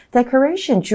Decoration